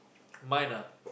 mine ah